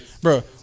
Bro